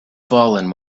fallen